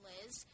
Liz